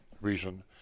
reason